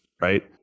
right